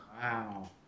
Wow